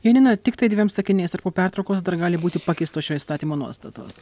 janina tiktai dviem sakiniais ar po pertraukos dar gali būti pakeistos šio įstatymo nuostatos